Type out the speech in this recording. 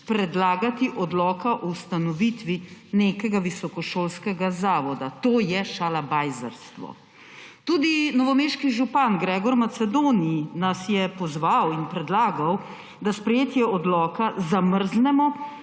predlagati odloka o ustanovitvi nekega visokošolskega zavoda. To je šalabajzerstvo. Tudi novomeški župan Gregor Macedoni nas je pozval in predlagal, da sprejetje odloka zamrznimo,